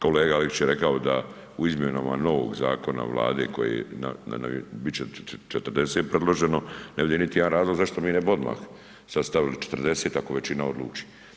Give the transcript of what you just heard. Kolega Aleksić je rekao da u izmjenama novog zakona u vladi koji je, bit će 40 predloženo, ne vidim niti jedan razlog zašto mi ne bi odmah sad stavili 40 ako većina odluči.